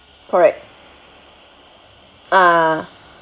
correct ah